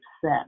set